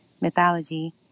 mythology